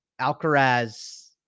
Alcaraz